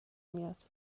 میاد